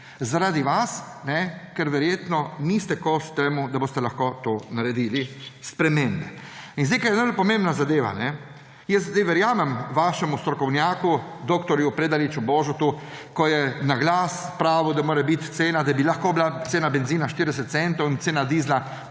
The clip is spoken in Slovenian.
Zaradi vas, ker verjetno niste kos temu, da boste lahko to naredili spremembe. In kar je najbolj pomembna zadeva, jaz zdaj verjamem vašemu strokovnjaku, dr. Predalič Božu, ko je na glas pravil, da bi lahko bila cena bencina 40 centov in cena dizla